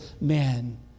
man